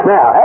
Now